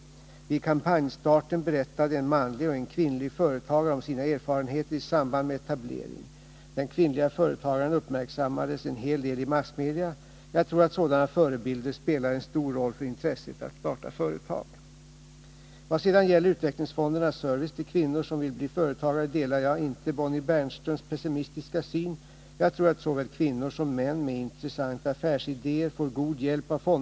Vid kampanjstarten berättade en manlig och en kvinnlig företagare om sina erfarenheter i samband med etablering. Den kvinnliga företagaren uppmärksammades en hel del i massmedia. Jag tror att sådana förebilder spelar en stor roll för intresset att starta företag. Vad sedan gäller utvecklingsfondernas service till kvinnor som vill bli Nr 32 företagare delar jag inte Bonnie Bernströms pessimistiska syn. Jag tror att Måndagen den såväl kvinnor som män med intressanta affärsidéer får god hjälp av fonderna.